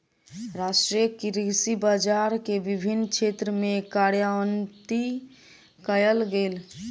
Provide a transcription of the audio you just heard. राष्ट्रीय कृषि बजार के विभिन्न क्षेत्र में कार्यान्वित कयल गेल